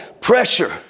Pressure